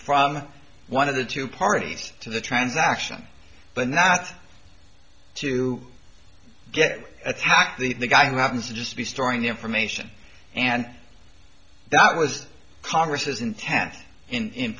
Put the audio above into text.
from one of the two parties to the transaction but not to get attacked the guy who happens to just be storing the information and that was congress's intent in